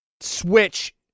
Switch